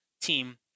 team